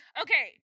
Okay